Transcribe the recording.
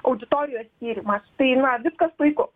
auditorijos tyrimas tai na viskas puiku